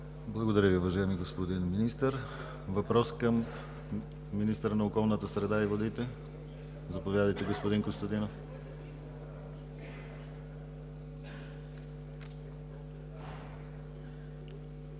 Благодаря Ви, уважаеми господин Министър. Въпрос към министъра на околната среда и водите – заповядайте, господин Константинов.